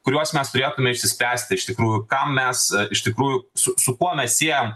kuriuos mes turėtume išsispręsti iš tikrųjų kam mes iš tikrųjų su su kuo mes siejam